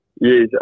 Yes